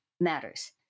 matters